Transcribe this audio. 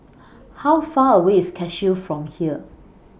How Far away IS Cashew from here